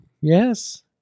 Yes